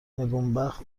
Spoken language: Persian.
نگونبخت